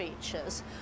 features